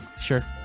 sure